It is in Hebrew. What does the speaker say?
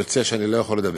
יוצא שאני לא יכול לדבר.